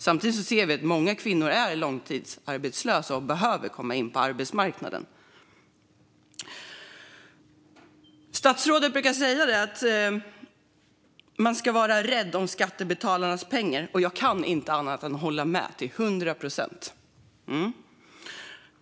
Samtidigt ser vi att många kvinnor är långtidsarbetslösa och behöver komma in på arbetsmarknaden. Statsrådet brukar säga att man ska vara rädd om skattebetalarnas pengar, och jag kan inte annat än hålla med till hundra procent.